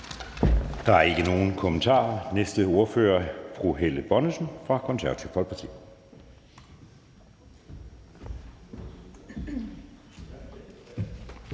Der er ikke nogen kommentarer. Næste ordfører er fru Helle Bonnesen fra Det Konservative Folkeparti.